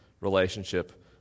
relationship